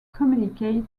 communicate